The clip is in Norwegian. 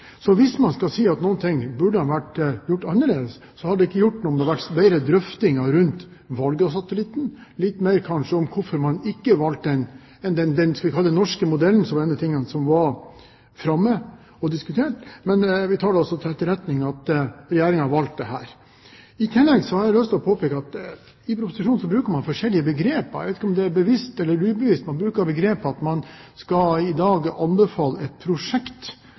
Hvis man skal si at noe burde ha vært gjort annerledes, hadde det ikke gjort noe om det hadde vært flere drøftinger rundt valg av satellitt, og kanskje litt mer om hvorfor man ikke valgte – skal vi kalle det – den norske modellen, som var en av de tingene som var framme og ble diskutert. Men vi tar til etterretning at Regjeringen har valgt. I tillegg har jeg lyst til å påpeke at man i proposisjonen bruker forskjellige begrep. Jeg vet ikke om det er bevisst eller ubevisst. Man bruker begrepet at man skal i dag anbefale et prosjekt